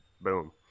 boom